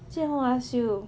jia hong I ask you